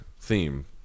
theme